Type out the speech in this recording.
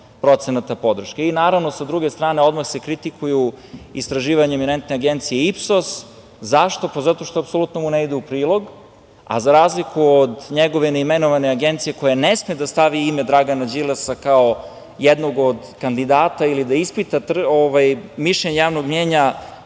samo 40,8% podrške. Naravno, s druge strane odmah se kritikuju istraživanja eminentne agencije Ipsos. Zašto? Pa, zato što mu apsolutno ne ide u prilog. Za razliku od njegove neimenovane agencije koja ne sme da stavi ime Dragana Đilasa kao jednog od kandidata ili da ispita mišljenje javnog mnjenja,